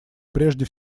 прежде